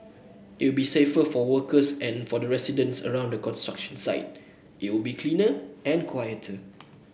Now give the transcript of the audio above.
it will be safer for workers and for residents around the construction site it will be cleaner and quieter